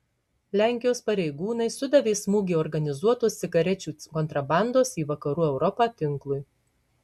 lenkijos pareigūnai sudavė smūgį organizuotos cigarečių kontrabandos į vakarų europą tinklui